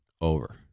over